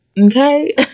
okay